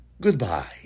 goodbye